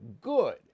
good